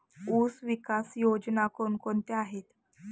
ऊसविकास योजना कोण कोणत्या आहेत?